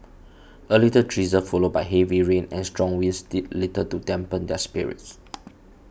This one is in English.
a light drizzle followed by heavy rain and strong winds did little to dampen their spirits